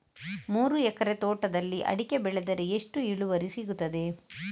ಮೂರು ಎಕರೆ ತೋಟದಲ್ಲಿ ಅಡಿಕೆ ಬೆಳೆದರೆ ಎಷ್ಟು ಇಳುವರಿ ಸಿಗುತ್ತದೆ?